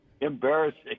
Embarrassing